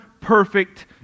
perfect